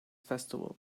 festival